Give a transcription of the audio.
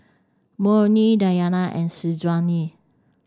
Murni Diyana and Syazwani